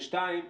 ודבר שני,